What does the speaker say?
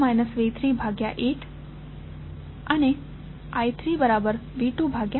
ix પણ V1 V22 ની બરાબર છે I2 V2 V38 અને I3V24 છે